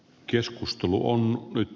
keskustelu on nyt